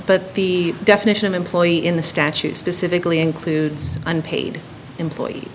but the definition of employee in the statute specifically includes unpaid employees